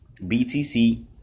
BTC